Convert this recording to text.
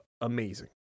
amazing